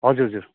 हजुर हजुर